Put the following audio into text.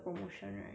ya